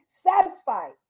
satisfied